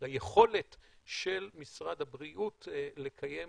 ליכולת של משרד הבריאות לקיים